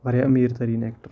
واریاہ أمیٖر تٔریٖن ایکٹَر